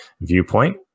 viewpoint